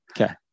okay